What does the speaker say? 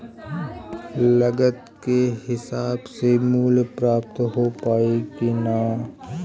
लागत के हिसाब से मूल्य प्राप्त हो पायी की ना?